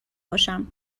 باشم